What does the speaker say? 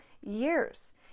years